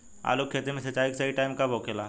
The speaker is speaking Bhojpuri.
आलू के खेती मे सिंचाई के सही टाइम कब होखे ला?